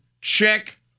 check